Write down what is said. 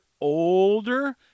older